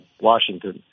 Washington